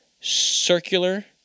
circular